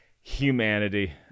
humanity